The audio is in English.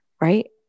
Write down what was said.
right